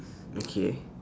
okay